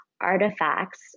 artifacts